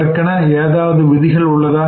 அதற்கென்று ஏதாவது விதிகள் உள்ளதா